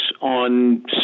on